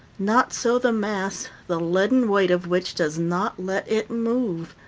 not so the mass, the leaden weight of which does not let it move.